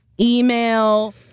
email